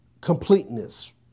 completeness